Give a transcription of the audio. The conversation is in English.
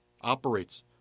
operates